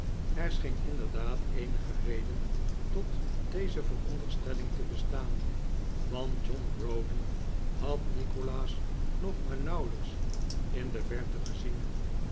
er scheen inderdaad eenige reden tot deze veronderstelling te bestaan want john browdie had nikolaas nog maar nauwelijks in de verte gezien